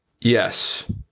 Yes